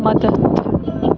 مدتھ